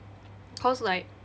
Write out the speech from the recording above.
cause like